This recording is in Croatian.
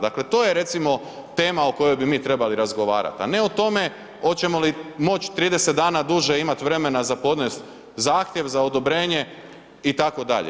Dakle, to je recimo tema o kojoj bi mi trebali razgovarati, a ne o tome hoćemo li moći 30 dana duže imati vremena za podnest zahtjev za odobrenje itd.